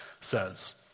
says